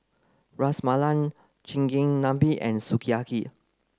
Ras Malai Chigenabe and Sukiyaki